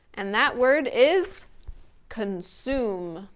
and that word is consume.